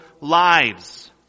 lives